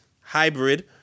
hybrid